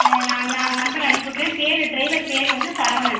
நான் நான் நம்பர் அனுப்பிவிட்டுறேன் பேர் டிரைவர் பேர் வந்து சரவணன்